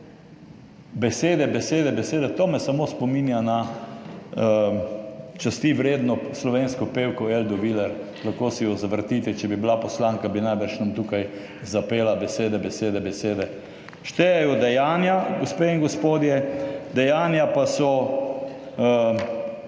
besede, besede, besede, to me samo spominja na časti vredno slovensko pevko Eldo Viler. Lahko si jo zavrtite, če bi bila poslanka, bi nam najbrž tukaj zapela: »Besede, besede, besede.« Štejejo dejanja, gospe in gospodje, dejanja pa so